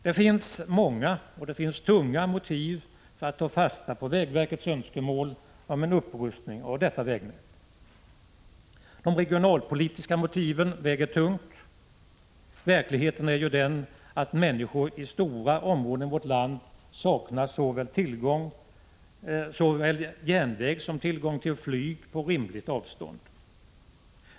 Det finns många och tunga motiv för att ta fasta på vägverkets önskemål om en upprustning av detta vägnät. De regionalpolitiska motiven väger tungt. Verkligheten är ju den att människor i stora områden av vårt land saknar såväl järnväg som tillgång till flyg på rimligt avstånd.